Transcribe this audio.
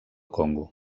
congo